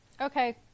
Okay